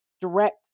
direct